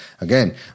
again